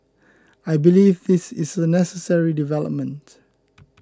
I believe this is a necessary development